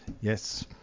Yes